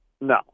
No